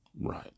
Right